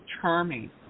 charming